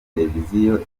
televiziyo